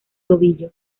tobillo